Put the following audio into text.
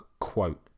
quote